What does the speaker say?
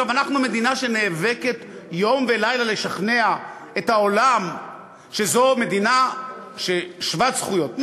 אנחנו מדינה שנאבקת יום ולילה לשכנע את העולם שהיא מדינה שוות זכויות.